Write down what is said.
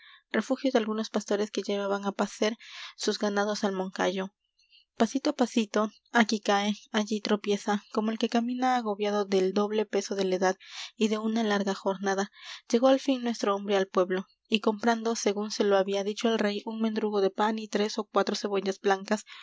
de algunos pastores que llevaban á pacer sus ganados al moncayo pasito á pasito aquí cae allí tropieza como el que camina agobiado del doble peso de la edad y de una larga jornada llegó al fin nuestro hombre al pueblo y comprando según se lo había dicho el rey un mendrugo de pan y tres ó cuatro cebollas blancas